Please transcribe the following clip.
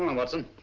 um and watson.